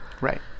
right